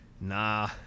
Nah